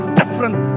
different